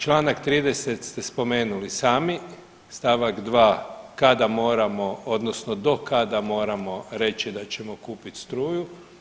Članak 30. ste spomenuli sami, stavak 2. kada moramo, odnosno do kada moramo reći da ćemo kupit struju.